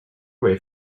away